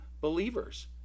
believers